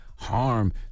harm